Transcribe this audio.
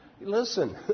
listen